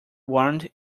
warned